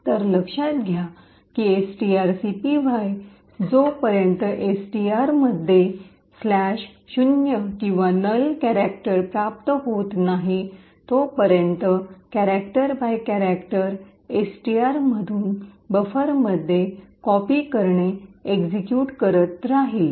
तर लक्षात घ्या की एसटीआरसीपीवाय जो पर्यंत एसटीआर मध्ये ' 0' किंवा नल क्यारकटर प्राप्त होत नाही तोपर्यंत क्यारकटर बाय क्यारकटर एसटीआर मधून बफर मध्ये कॉपी करणे एक्सिक्यूट करत राहील